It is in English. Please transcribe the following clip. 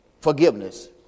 forgiveness